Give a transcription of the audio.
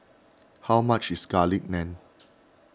how much is Garlic Naan